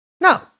No